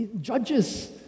Judges